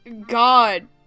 god